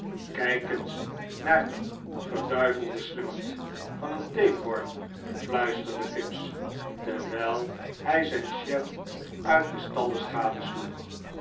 kijk eens naar dien verduivelden slimmerd van een tapeworm fluisterde fipps terwijl hij zijn chef van uit de